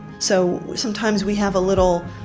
so sometimes we have a little